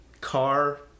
car